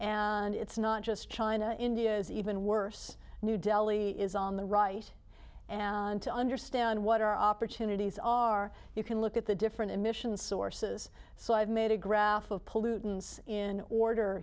and it's not just china india is even worse new delhi is on the right and to understand what our opportunities are you can look at the different emission sources so i've made a graph of pollutants in order